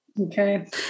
Okay